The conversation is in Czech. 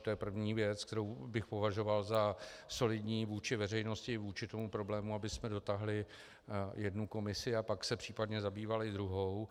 To je první věc, kterou bych považoval za solidní vůči veřejnosti, vůči tomu problému, abychom dotáhli jednu komisi, a pak se případně zabývali druhou.